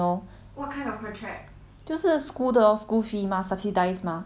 就是 school 的 lor school fee mah subsidized mah cause 我不是 local mah